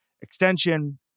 extension